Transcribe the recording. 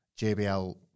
JBL